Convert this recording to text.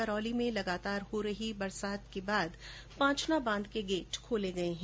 करौली में लगातार हो रही बरसात के बाद पांचना बांध के गेट खोले गए हैं